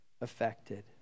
affected